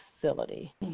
facility